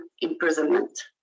imprisonment